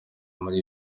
muri